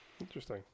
interesting